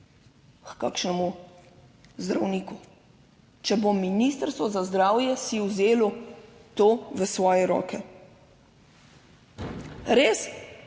h kakšnemu zdravniku, če bo Ministrstvo za zdravje si vzelo to v svoje roke? Res